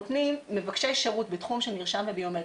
מבקשי שירות בתחום של מרשם וביומטרי,